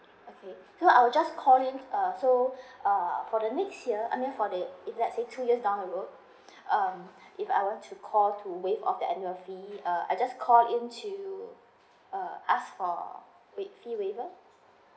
okay so I'll just call in uh so uh for the next year I mean for the if let's say two years down the road uh if I want to call to waive off the annual fee uh I just call in to uh ask for waive fee waiver